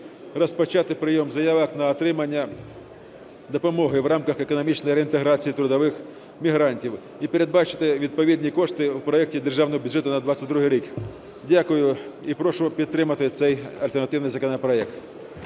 розпочати прийом заявок на отримання допомоги в рамках економічної реінтеграції трудових мігрантів і передбачити відповідні кошти в проекті Державного бюджету на 22-й рік. Дякую і прошу підтримати цей альтернативний законопроект.